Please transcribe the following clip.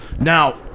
Now